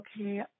okay